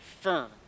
firm